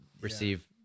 receive